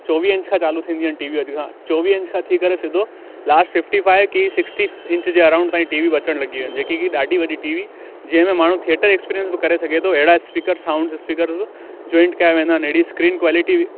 चोवीह इंच खां चालू थींदियूं आहिनि टी वियूं अॼु खां चोवीह इंच खां थी करे सिधो लास्ट फ़िफ़्टी फ़ाइव की सिक्सटी इंच जे अराउंड तईं टी वियूं बि अचनि लॻियूं आहिनि जेकी की ॾाढी वॾी टी वी जंहिंमें माण्हू थिएटर एक्सपीरियंस बि करे सघे थो अहिड़ा स्पीकर साउंड स्पीकर्स बि जॉइन्ड कयां वेंदा आहिनि अहिड़ी स्क्रीन क्वेलिटी बि